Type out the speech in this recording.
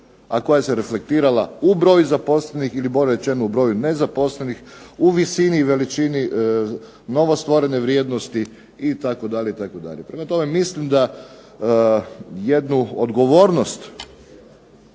a koja se reflektirala u broju zaposlenih ili bolje rečeno u broju nezaposlenih u visini i veličini novostvorene vrijednosti itd. itd. Prema tome, mislim da jednu odgovornost